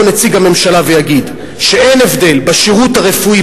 יבוא נציג הממשלה ויגיד שאין הבדל בשירות הרפואי,